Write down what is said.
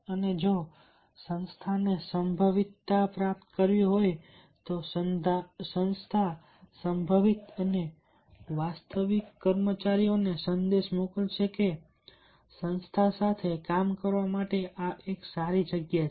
અને જો સંસ્થાને સંભવિતતા પ્રાપ્ત કરવી હોય તો સંસ્થા સંભવિત અને વાસ્તવિક કર્મચારીઓને સંદેશ મોકલશે કે સંસ્થા સાથે કામ કરવા માટે આ એક સારી જગ્યા છે